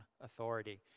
authority